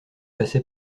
passer